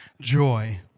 joy